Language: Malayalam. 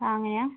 ആ അങ്ങനെയാണോ